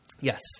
Yes